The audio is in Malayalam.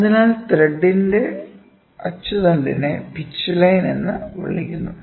അതിനാൽ ത്രെഡിന്റെ അച്ചുതണ്ടിനെ പിച്ച് ലൈൻ എന്ന് വിളിക്കുന്നു